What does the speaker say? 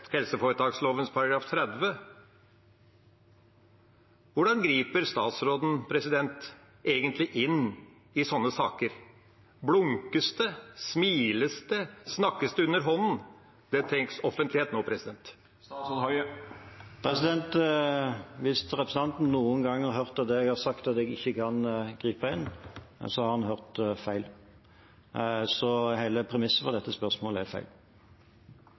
helseforetaksloven § 30. Hvordan griper statsråden egentlig inn i sånne saker? Blunkes det? Smiles det? Snakkes det underhånden? Det trengs offentlighet nå. Hvis representanten noen gang har hørt at jeg har sagt at jeg ikke kan gripe inn, har han hørt feil. Så hele premisset for dette spørsmålet er feil.